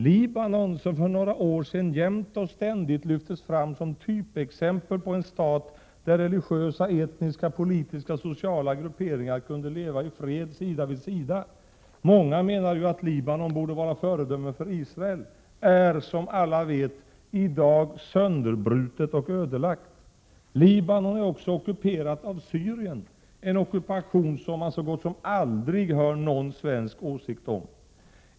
Libanon som för några år sedan jämt och ständigt lyftes fram som typexempel på en stat där religiösa, etniska, politiska och sociala grupperingar kunde leva i fred sida vid sida — många menade ju att Libanon borde vara föredöme för Israel — är, som alla vet, i dag sönderbrutet och ödelagt. Libanon är också ockuperat av Syrien, en ockupation som man så gott som aldrig hör någon svensk åsikt om.